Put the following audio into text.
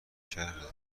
کرد